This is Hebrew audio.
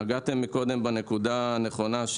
נגעתם קודם בנקודה נכונה,